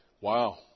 wow